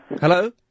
Hello